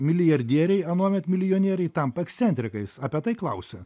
milijardieriai anuomet milijonieriai tampa ekscentrikais apie tai klausi